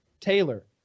Taylor